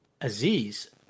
Aziz